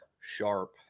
Sharp